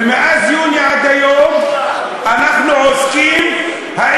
ומאז יוני עד היום אנחנו עוסקים בשאלה